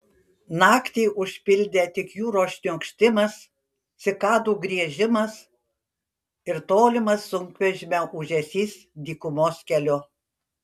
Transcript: naktį užpildė tik jūros šniokštimas cikadų griežimas ir tolimas sunkvežimio ūžesys dykumos keliu